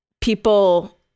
people